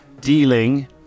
dealing